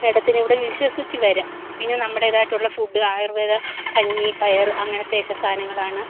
മേഡത്തിനിവിടെ വിശ്വസിച്ച് വരാം പിന്നെ നമ്മുടേതായിട്ടുള്ള ഫുഡ് ആയുര്വേദ കഞ്ഞി പയര് അങ്ങനത്തെയൊക്കെ സാധനങ്ങളാണ്